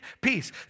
Peace